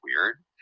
weird